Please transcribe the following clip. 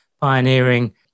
pioneering